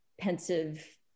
pensive